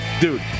dude